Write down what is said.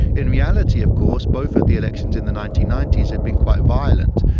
in reality of course, both of the elections in the nineteen ninety s had been quite violent,